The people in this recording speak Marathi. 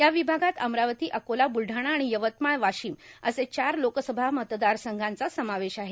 या विभागात अमरावती अकोला ब्लढाणा आर्गाण यवतमाळ वार्गशम असे चार लोकसभा मतदार संघाचा समावेश आहे